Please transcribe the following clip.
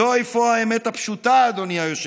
זו אפוא האמת הפשוטה, אדוני היושב-ראש,